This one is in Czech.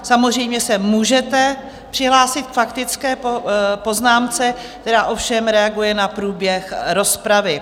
Samozřejmě se můžete přihlásit k faktické poznámce, která ovšem reaguje na průběh rozpravy.